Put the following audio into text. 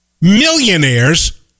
millionaires